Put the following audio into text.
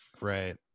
Right